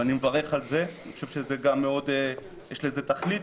ואני מברך על זה; אני חושב שיש לזה תכלית,